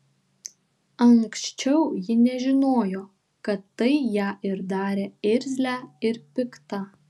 anksčiau ji nežinojo kad tai ją ir darė irzlią ir piktą